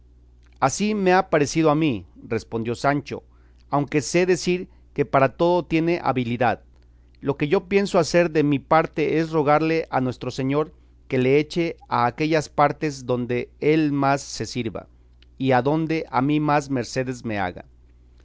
así me ha parecido a mí respondió sancho aunque sé decir que para todo tiene habilidad lo que yo pienso hacer de mi parte es rogarle a nuestro señor que le eche a aquellas partes donde él más se sirva y adonde a mí más mercedes me haga